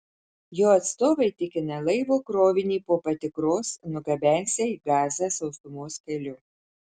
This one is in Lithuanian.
jo atstovai tikina laivo krovinį po patikros nugabensią į gazą sausumos keliu